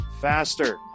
faster